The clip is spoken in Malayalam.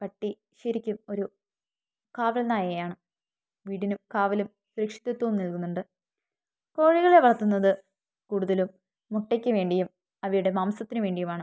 പട്ടി ശരിക്കും ഒരു കാവൽ നായയാണ് വീടിന് കാവലും സുരക്ഷിതത്ത്വവും നല്കുന്നുണ്ട് കോഴികളെ വളർത്തുന്നത് കൂടുതലും മുട്ടക്ക് വേണ്ടിയും അവയുടെ മാംസത്തിന് വേണ്ടിയുമാണ്